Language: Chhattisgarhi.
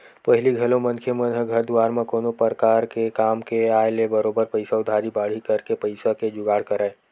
पहिली घलो मनखे मन ह घर दुवार म कोनो परकार के काम के आय ले बरोबर पइसा उधारी बाड़ही करके पइसा के जुगाड़ करय